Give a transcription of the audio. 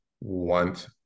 want